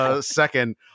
Second